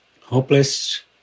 hopeless